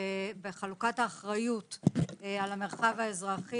ובחלוקת האחריות על המרחב האזרחי